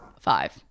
Five